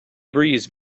breeze